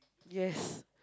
yes